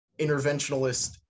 interventionalist